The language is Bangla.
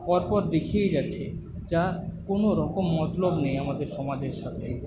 পর পর দেখিয়েই যাচ্ছে যার কোনোরকম মতলব নেই আমাদের সমাজের সাথে